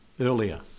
earlier